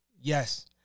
Yes